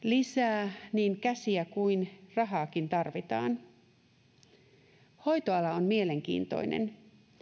lisää niin käsiä kuin rahaakin hoitoala on mielenkiintoinen